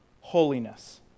holiness